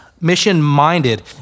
Mission-minded